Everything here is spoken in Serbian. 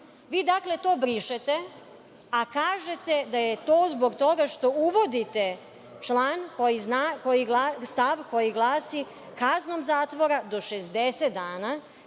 dakle, to brišete, a kažete da je to zbog toga što uvodite stav koji glasi – kaznom zatvora do 60 dana